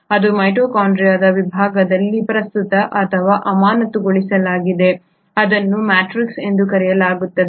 ಇದು ಮೈಟೊಕಾಂಡ್ರಿಯಾದ ವಿಭಾಗದಲ್ಲಿ ಪ್ರಸ್ತುತ ಅಥವಾ ಅಮಾನತುಗೊಳಿಸಲಾಗಿದೆ ಇದನ್ನು ಮ್ಯಾಟ್ರಿಕ್ಸ್ ಎಂದು ಕರೆಯಲಾಗುತ್ತದೆ